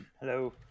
Hello